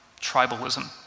tribalism